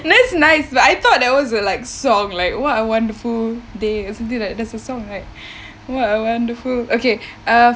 that's nice but I thought that was a like song like what a wonderful day something like that's a song right like what a wonderful okay uh